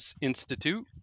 Institute